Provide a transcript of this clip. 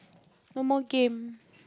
no more game